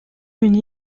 une